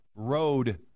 road